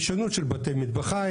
יש שונות של בתי מטבחיים,